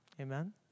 Amen